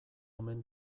omen